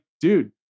dude